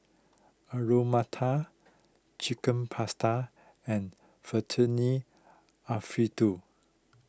Alu Matar Chicken Pasta and Alfredo